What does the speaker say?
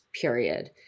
period